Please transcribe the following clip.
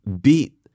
beat